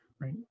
right